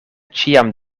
ĉiam